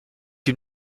une